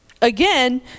again